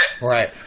right